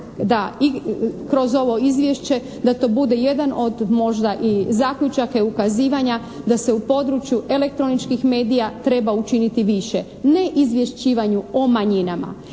da kroz ovo izvješće da to bude jedan od možda i zaključaka i ukazivanja da se u području elektroničkih medija treba učiniti više. Ne izvješćivanju o manjinama,